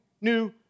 new